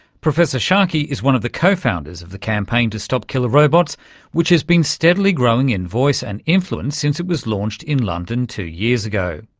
professor sharkey is one of the co-founders of the campaign to stop killer robots which has been steadily growing in voice and influence since it was launched in london two years ago.